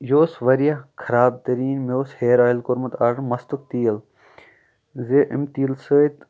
یہِ اوس واریاہ خراب تٔریٖن مےٚ اوس ہِیر اوٚیِل کوٚرمُت آرڈر مَستُک تیٖل زِ امہِ تیٖلہٕ سۭتۍ